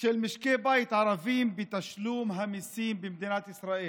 של משקי הבית הערביים בתשלום המיסים במדינת ישראל.